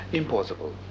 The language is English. impossible